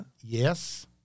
Yes